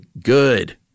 good